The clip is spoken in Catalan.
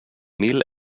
mil